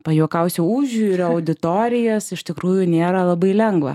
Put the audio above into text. pajuokausiu užjūrio auditorijas iš tikrųjų nėra labai lengva